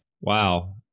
wow